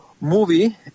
movie